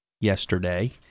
yesterday